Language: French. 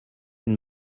une